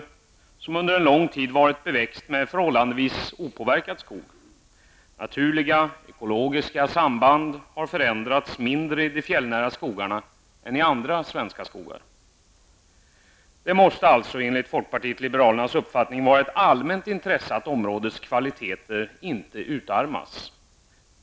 Detta område har under lång tid varit beväxt med förhållandevis opåverkad skog. Naturliga ekologiska samband har förändrats mindre i de fjällnära skogarna än i andra svenska skogar. Det måste alltså enligt folkpartiet liberalernas uppfattning vara ett allmänt intresse att områdets kvaliteter inte utarmas.